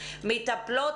כל תחילת רבעון,